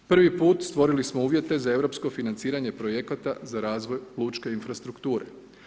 Prvi put stvorili smo uvjete za europsko financiranje projekata za razvoj lučke infrastrukture.